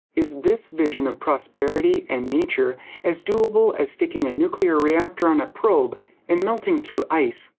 is this vision of prosperity and nature as doable as sticking a nuclear reactor on a probe and melting thru ice?